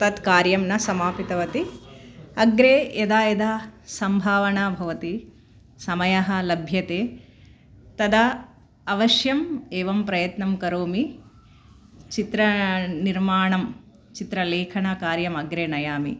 तत्कार्यं न समापितवती अग्रे यदा यदा सम्भावना भवति समयः लभ्यते तदा अवश्यम् एवं प्रयत्नं करोमि चित्रनिर्माणं चित्रलेखनकार्यमग्रे नयामि